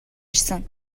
ирсэн